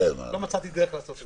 לא מצאתי דרך לעשות את זה.